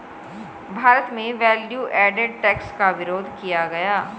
भारत में value added tax का विरोध किया गया